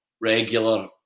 regular